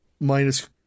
Minus